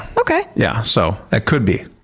okay. yeah, so that could be.